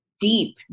deep